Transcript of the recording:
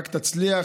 רק תצליח,